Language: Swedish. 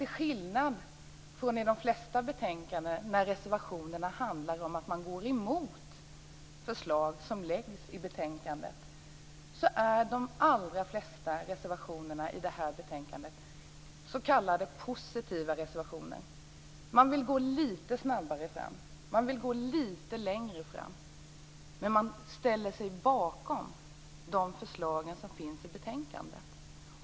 Till skillnad från i de flesta betänkanden, där reservationerna handlar om att man går emot förslag som läggs fram, är de allra flesta av reservationerna i det här betänkandet s.k. positiva reservationer. Man vill gå litet snabbare fram. Man vill gå litet längre. Men man ställer sig bakom de förslag som finns i betänkandet.